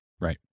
Right